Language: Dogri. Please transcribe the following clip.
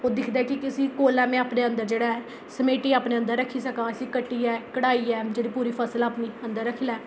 ओह् दिखदा ऐ कि इसी कोह्लै में इसी अपने अंदर जेह्ड़ा ऐ समेटियै अंदर रक्खी सकां इसी कट्टियै कढाइयै जेह्ड़ी पूरी फसल ऐ अपनी अपने अंदर रक्खी लैं